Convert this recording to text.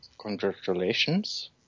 congratulations